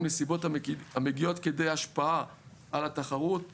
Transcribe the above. נסיבות המגיעות כדי השפעה על התחרות;